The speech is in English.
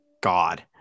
God